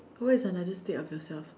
what is another state of yourself